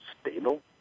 stable